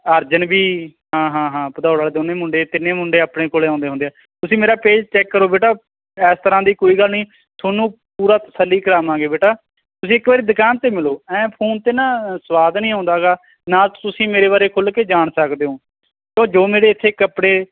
ਅਰਜਨ ਵੀ ਹਾਂ ਹਾਂ ਹਾਂ ਭਦੌੜ ਵਾਲੇ ਦੋਨੋਂ ਮੁੰਡੇ ਤਿੰਨ ਮੁੰਡੇ ਆਪਣੇ ਕੋਲ ਆਉਂਦੇ ਹੁੰਦੇ ਆ ਤੁਸੀਂ ਮੇਰਾ ਪੇਜ ਚੈੱਕ ਕਰੋ ਬੇਟਾ ਇਸ ਤਰ੍ਹਾਂ ਦੀ ਕੋਈ ਗੱਲ ਨਹੀਂ ਤੁਹਾਨੂੰ ਪੂਰਾ ਤਸੱਲੀ ਕਰਾਵਾਂਗੇ ਬੇਟਾ ਤੁਸੀਂ ਇੱਕ ਵਾਰੀ ਦੁਕਾਨ 'ਤੇ ਮਿਲੋ ਐਂ ਫੋਨ 'ਤੇ ਨਾ ਸਵਾਦ ਨਹੀਂ ਆਉਂਦਾ ਹੈਗਾ ਨਾ ਤੁਸੀਂ ਮੇਰੇ ਬਾਰੇ ਖੁੱਲ੍ਹ ਕੇ ਜਾਣ ਸਕਦੇ ਹੋ ਸੋ ਜੋ ਮੇਰੇ ਇੱਥੇ ਕੱਪੜੇ